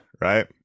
right